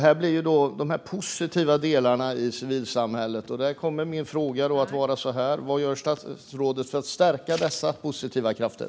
Här ser vi de positiva delarna i civilsamhället. Vad gör statsrådet för att stärka dessa positiva krafter?